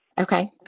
Okay